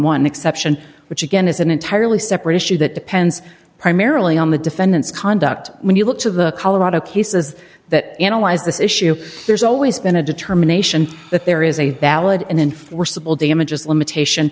one exception which again is an entirely separate issue that depends primarily on the defendant's conduct when you look to the colorado cases that analyzed this issue there's always been a determination that there is a valid and enforceable damages limitation